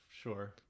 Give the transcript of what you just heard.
Sure